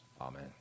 Amen